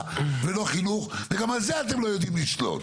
ולא חינוך וגם על זה אתם לא יודעים לשלוט.